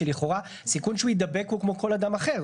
שלכאורה הסיכון שהוא יידבק הוא כמו כל אדם אחר.